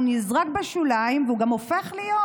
הוא נזרק בשוליים והוא גם הופך להיות,